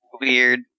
weird